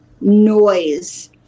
noise